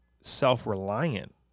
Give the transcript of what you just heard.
self-reliant